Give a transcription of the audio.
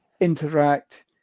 interact